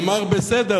הוא אמר: בסדר,